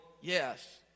yes